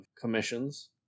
commissions